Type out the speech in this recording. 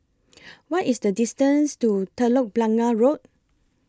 What IS The distance to Telok Blangah Road